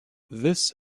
this